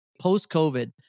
post-COVID